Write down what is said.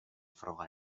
froga